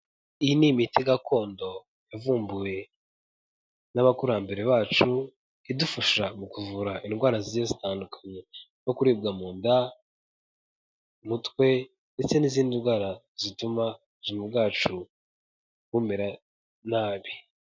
Iyi ni imiti gakondo yavumbuwe n'abakurambere bacu idufasha mu kuvura indwara zi zitandukanye no kuribwa mu nda mumutwe ndetse n'izindi ndwara zituma ubuzima bwacu bumera nabi.